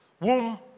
womb